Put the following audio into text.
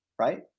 right